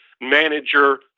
manager